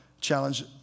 challenge